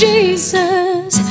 Jesus